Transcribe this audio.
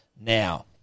Now